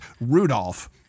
Rudolph